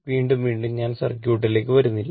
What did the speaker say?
വീണ്ടും വീണ്ടും ഞാൻ സർക്യൂട്ടിലേക്ക് വരില്ല